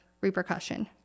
repercussion